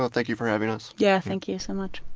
but thank you for having us. yeah, thank you so much.